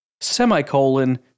Semicolon